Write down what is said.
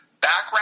Background